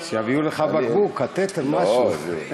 שיביאו לך בקבוק, קטטר, משהו.